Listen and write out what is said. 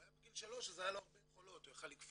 הוא היה בגיל שלוש אז היו לו הרבה יכולות הוא יכול היה לקפוץ,